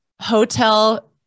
hotel